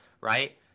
right